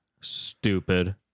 stupid